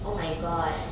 oh my god